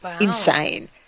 insane